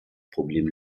problem